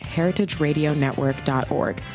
heritageradionetwork.org